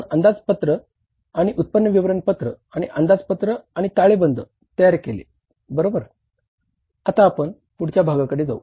आता आपण पुढच्या भागाकडे जाऊ